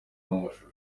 n’amashusho